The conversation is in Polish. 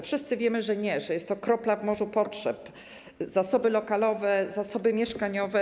Wszyscy wiemy, że nie, że jest to kropla w morzu potrzeb, jeśli chodzi o zasoby lokalowe, zasoby mieszkaniowe.